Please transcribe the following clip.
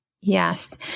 Yes